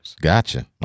Gotcha